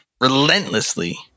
relentlessly